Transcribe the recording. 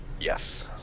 Yes